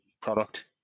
product